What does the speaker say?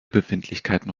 befindlichkeiten